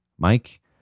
Mike